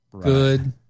good